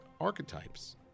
archetypes